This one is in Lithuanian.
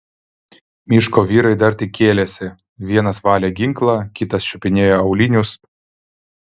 miško vyrai dar tik kėlėsi vienas valė ginklą kitas čiupinėjo aulinius